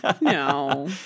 No